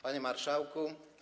Panie Marszałku!